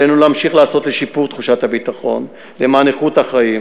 עלינו להמשיך לעשות לשיפור תחושת הביטחון למען איכות החיים,